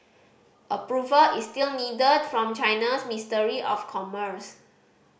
approval is still needed from China's ministry of commerce